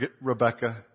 Rebecca